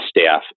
staff